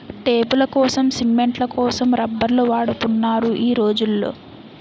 టేపులకోసం, సిమెంట్ల కోసం రబ్బర్లు వాడుతున్నారు ఈ రోజుల్లో